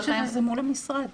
זה מול המשרד.